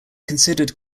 considered